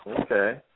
Okay